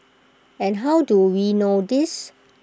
and how do we know this